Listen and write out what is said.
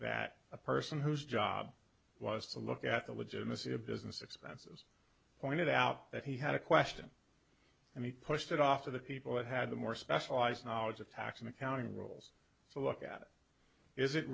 that a person whose job was to look at the legitimacy of business expense pointed out that he had a question i mean pushed it off of the people that had the more specialized knowledge of tax and accounting rules to look at is i